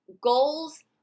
Goals